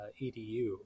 EDU